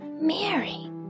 Mary